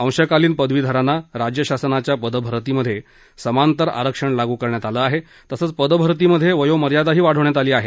अंशकालीन पदवीधरांना राज्य शासनाच्या पदभरतीमध्ये समांतर आरक्षण लागू करण्यात आलं आहे तसंच पदभरतीमध्ये वयोमर्यादाही वाढवण्यात आली आहे